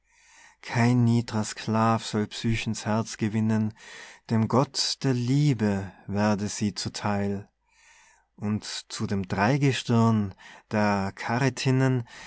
kein nied'rer sclav soll psychens herz gewinnen dem gott der liebe werde sie zu theil und zu dem dreigestirn der